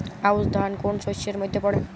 আউশ ধান কোন শস্যের মধ্যে পড়ে?